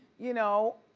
you know.